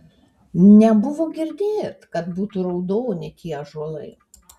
nebuvo girdėt kad būtų raudoni tie ąžuolai